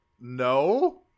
No